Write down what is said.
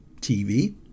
TV